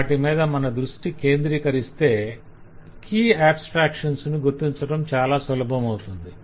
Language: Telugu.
వాటి మీద మన దృష్టి కేంద్రీకరిస్తే కీ ఆబస్ట్రాక్షన్స్ ను గుర్తించటం చాలా సులభమవుతుంది